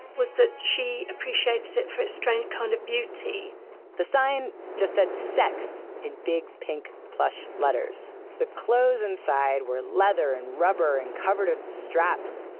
was that she appreciated it for its strange kind of beauty the sign just said sex in big pink plush letters. the clothes inside were leather and rubber and covered in straps,